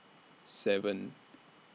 seven